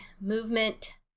movement